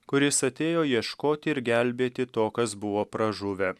kuris atėjo ieškoti ir gelbėti to kas buvo pražuvę